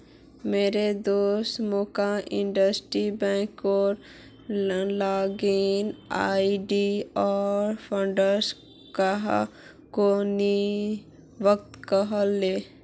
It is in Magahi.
मोर दोस्त मोक इंटरनेट बैंकिंगेर लॉगिन आई.डी आर पासवर्ड काह को नि बतव्वा कह ले